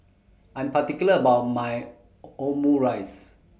I Am particular about My Omurice